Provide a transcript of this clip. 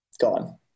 gone